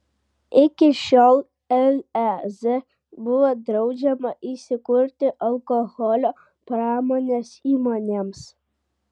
iki šiol lez buvo draudžiama įsikurti alkoholio pramonės įmonėms